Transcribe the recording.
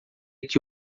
que